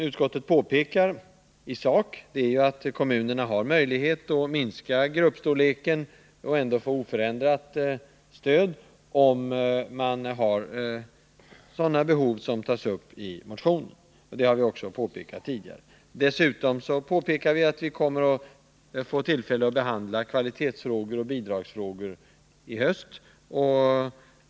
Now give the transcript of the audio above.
Utskottet påpekar i sak att kommunerna har möjlighet att minska gruppstorleken och ändå få oförändrat stöd, om man har sådanan behov som det talas om i motionen. Det har vi också påpekat tidigare. Dessutom framhåller utskottet att vi kommer att få tillfälle att behandla kvalitetsfrågor och bidragsfrågor i höst.